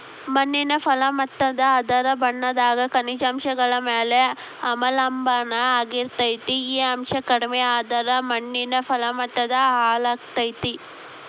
ಮಣ್ಣಿನ ಫಲವತ್ತತೆ ಅದರ ಬಣ್ಣದಾಗ ಖನಿಜಾಂಶಗಳ ಮ್ಯಾಲೆ ಅವಲಂಬನಾ ಆಗಿರ್ತೇತಿ, ಈ ಅಂಶ ಕಡಿಮಿಯಾದ್ರ ಮಣ್ಣಿನ ಫಲವತ್ತತೆ ಹಾಳಾಗ್ತೇತಿ